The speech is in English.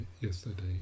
yesterday